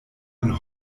ein